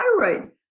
thyroid